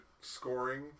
scoring